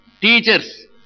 teachers